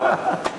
חבל.